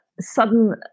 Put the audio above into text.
sudden